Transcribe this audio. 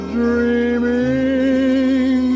dreaming